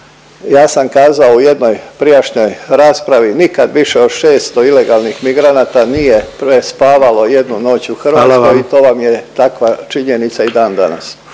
Ja sam kazao u jednoj prijašnjoj raspravi nikad više od 600 ilegalnih migranata nije prespavalo jednu noć u … …/Upadica predsjednik: Hvala vam./… … Hrvatskoj i to vam je takva činjenica i dan danas.